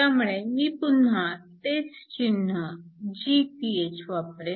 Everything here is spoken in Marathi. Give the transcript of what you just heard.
त्यामुळे मी पुन्हा तेच चिन्ह Gph वापरेन